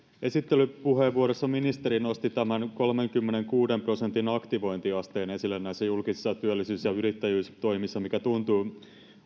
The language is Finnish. esittelypuheenvuorossa ministeri nosti tämän kolmenkymmenenkuuden prosentin aktivointiasteen esille näissä julkisissa työllisyys ja yrittäjyystoimissa mikä tuntuu